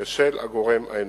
בשל הגורם האנושי.